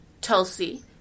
tulsi